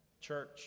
Church